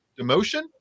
demotion